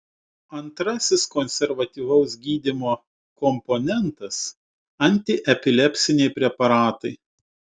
antrasis konservatyvaus gydymo komponentas antiepilepsiniai preparatai